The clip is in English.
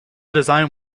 design